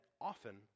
often